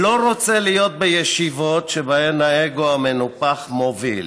/ לא רוצה להיות בישיבות שבהן האגו המנופח מוביל.